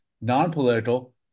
non-political